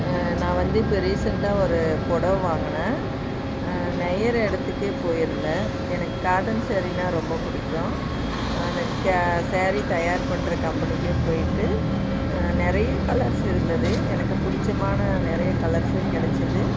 நான் வந்து இப்போ ரீசன்ட்டாக ஒரு புடவை வாங்கினேன் நெய்கிற இடத்துக்கே போயிருந்தேன் எனக்கு காட்டன் சாரீனால் ரொம்ப பிடிக்கும் அந்த சாரீ தயார் பண்ணுற கம்பெனிக்கே போயிட்டு நிறைய கலர்ஸ் இருந்தது எனக்கு பிடிச்சமான நிறைய கலர்ஸ்ஸு கிடச்சிது